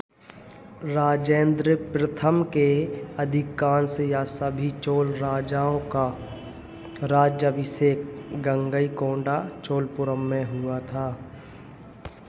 राजेंद्र प्रथम के अधिकांश या सभी चोल राजाओं का राज्याभिषेक गंगईकोंडा चोलपुरम में हुआ था